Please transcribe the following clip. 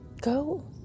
Go